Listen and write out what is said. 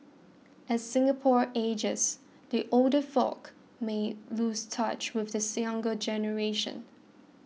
as Singapore ages the older folk may lose touch with this younger generation